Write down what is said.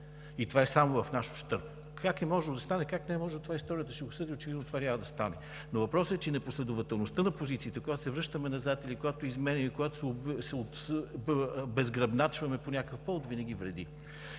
и това е само в наш ущърб. Как е можело да стане, как не е можело, това историята ще отсъди, но сигурно и това няма да стане. Въпросът е, че непоследователността на позициите, когато се връщаме назад или, когато се обезгръбначваме по някакъв повод, винаги вреди.